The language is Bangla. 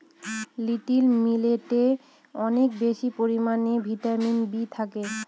লিটিল মিলেটে অনেক বেশি পরিমানে ভিটামিন বি থাকে